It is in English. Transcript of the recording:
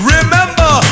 Remember